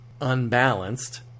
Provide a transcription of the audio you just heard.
unbalanced